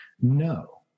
no